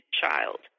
child